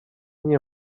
nie